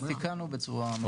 תיקנו בצורה משמעותית.